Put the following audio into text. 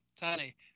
Tony